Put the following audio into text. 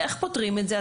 איך פותרים את זה?